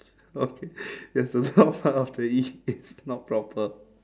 okay there's a small part of the E it's not proper